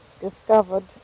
discovered